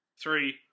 Three